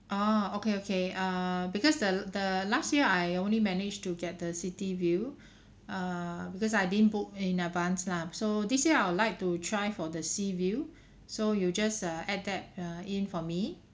ah okay okay err because the the last year I only managed to get the city view err because I didn't book in advance lah so this year I would like to try for the sea view so you just uh add that uh in for me